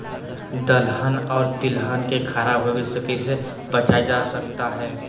दलहन और तिलहन को खराब होने से कैसे बचाया जा सकता है?